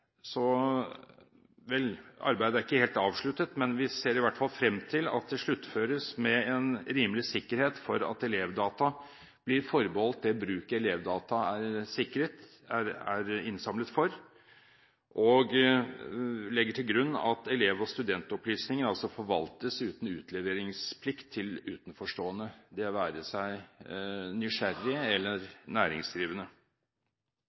arbeidet ikke helt avsluttet, men vi ser i hvert fall frem til at det sluttføres med en rimelig sikkerhet for at elevdata blir forbeholdt det bruket elevdata er innsamlet for, og legger til grunn at elev- og studentopplysninger forvaltes uten utleveringsplikt til utenforstående, det være seg